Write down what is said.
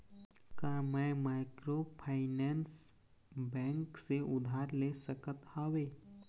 का मैं microfinance bank से उधार ले सकत हावे?